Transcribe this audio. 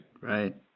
Right